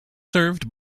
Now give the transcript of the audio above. served